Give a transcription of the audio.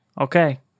Okay